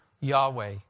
Yahweh